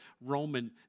Roman